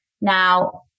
Now